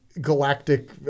galactic